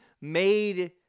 made